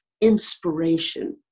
inspiration